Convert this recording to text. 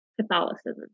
Catholicism